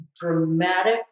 dramatic